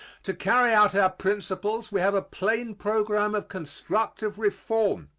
to carry out our principles we have a plain program of constructive reform.